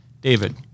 David